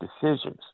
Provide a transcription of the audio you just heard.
decisions